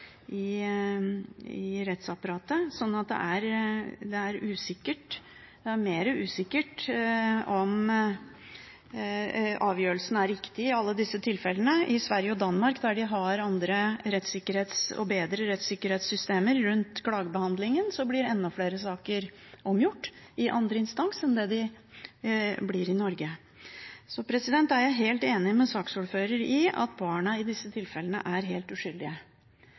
rettsapparatet, så det er mer usikkert om avgjørelsen er riktig i alle disse tilfellene. I Sverige og Danmark, der en har andre og bedre rettssikkerhetssystemer rundt klagebehandlingen, blir enda flere saker omgjort i andre instans enn det gjør i Norge. Så er jeg helt enig med saksordfører i at barna i disse tilfellene er helt uskyldige.